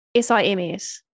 SIMS